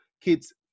kids